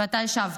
ואתה השבת.